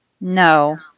No